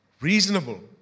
Reasonable